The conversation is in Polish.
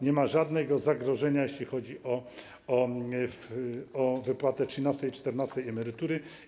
Nie ma żadnego zagrożenia, jeśli chodzi o wypłatę trzynastej i czternastej emerytury.